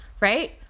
Right